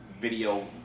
video